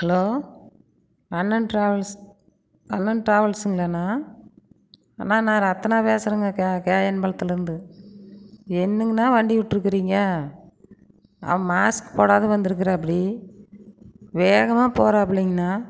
hello Annan travels Annan டிராவல்ஸ்ங்களாணா அண்ணா நான் ரத்னா பேசுறேங்க கேஎம் பாளையத்துலேந்து என்னங்ணா வறீண்டி விட்டுருக்ங்க மாஸ்க் போடாம வந்துருக்கிறாப்டி வேகமாக போறாப்டிங்ணா